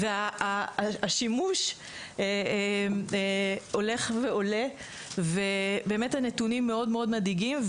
והשימוש הולך ועולה ובאמת הנתונים מאוד מאוד מדאיגים,